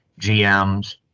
GMs